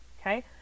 Okay